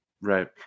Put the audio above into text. Right